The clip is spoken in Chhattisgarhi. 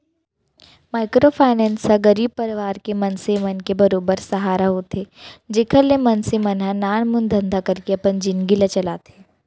माइक्रो फायनेंस ह गरीब परवार के मनसे मन के बरोबर सहारा होथे जेखर ले मनसे मन ह नानमुन धंधा करके अपन जिनगी ल चलाथे